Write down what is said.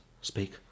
speak